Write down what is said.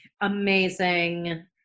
amazing